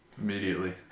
Immediately